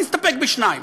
אני אסתפק בשתיים.